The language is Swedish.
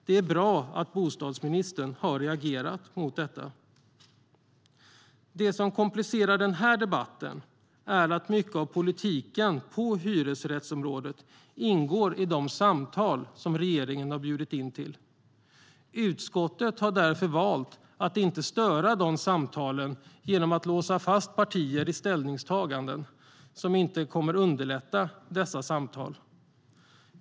Det är bra att bostadsministern har reagerat mot detta. Det som komplicerar den här debatten är att mycket av politiken på hyresrättsområdet ingår i de samtal som regeringen bjudit in till. Utskottet har därför valt att inte störa de samtalen genom att låsa fast partier i ställningstaganden som inte kommer att underlätta dessa samtal.